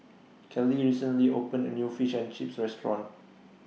Kelly recently opened A New Fish and Chips Restaurant